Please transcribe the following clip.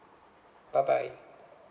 bye bye